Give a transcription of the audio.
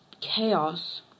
chaos